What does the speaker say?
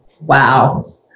wow